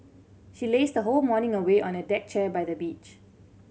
she lazed whole morning away on a deck chair by the beach